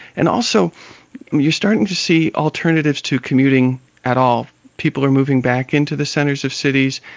and also you're starting to see alternatives to commuting at all. people are moving back into the centres of cities,